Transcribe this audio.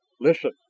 Listen